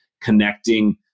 connecting